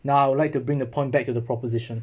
now I would like to bring the point back to the proposition